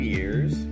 Year's